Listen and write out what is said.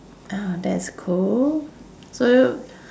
oh that's cool so y~